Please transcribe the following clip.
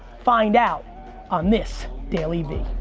find out on this dailyvee.